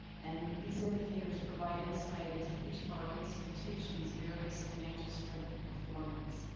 and these indicators provide insight into each of our institutions various financial strength and performance.